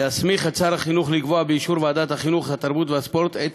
קובע את חובתה של רשות חינוך מקומית לבטח את